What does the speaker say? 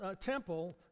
temple